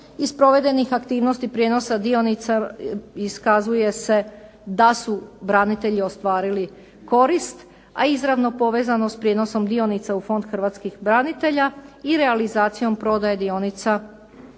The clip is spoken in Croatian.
Iz provedenih aktivnosti prijenosa dionica iskazuje se da su branitelji ostvarili korist, a izravno povezano s prijenosom dionica u Fond hrvatskih branitelja i realizacijom prodaje dionica